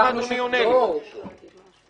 למה אתם מאפשרים --- אני עונה,